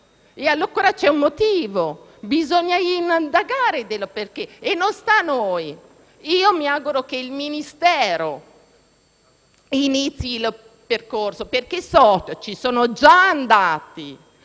E allora c'è un motivo. Bisogna indagare sul perché e non sta a noi. Mi auguro che il Ministero inizi il percorso. So che sono già andati